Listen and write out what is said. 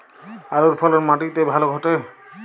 আলুর ফলন মাটি তে ভালো ঘটে?